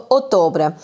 ottobre